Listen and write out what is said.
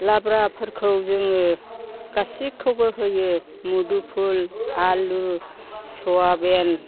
लाब्राफोरखौ जोङो गासैखौबो होयो मुदुफुल आलु सयाबिन ी